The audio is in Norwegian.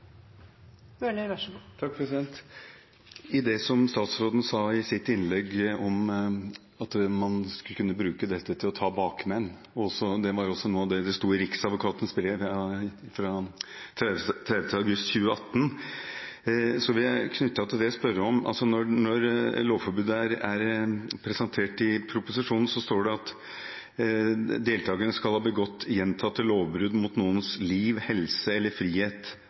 Det statsråden sa i sitt innlegg om at man skulle kunne bruke dette til å ta bakmenn, var også noe av det som sto i Riksadvokatens brev fra 31. august 2018, og jeg vil knytte et spørsmål til det. Der lovforbudet er presentert i proposisjonen, står det at deltakerne skal ha begått «gjentatte lovbrudd mot noens liv, helse eller frihet,